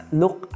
look